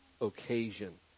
Occasion